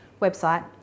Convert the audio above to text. website